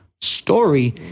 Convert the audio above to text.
story